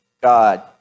god